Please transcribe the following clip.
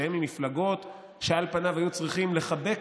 שניהם ממפלגות שעל פניו היו צריכות לחבק,